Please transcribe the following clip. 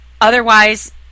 otherwise